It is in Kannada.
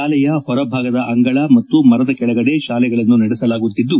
ತಾಲೆಯ ಹೊರಭಾಗದ ಅಂಗಳ ಮತ್ತು ಮರದ ಕೆಳಗಡೆ ಶಾಲೆಗಳನ್ನು ನಡೆಸಲಾಗುತ್ತಿದ್ದು